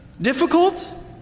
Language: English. difficult